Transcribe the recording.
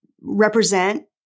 represent